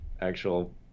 actual